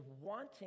wanting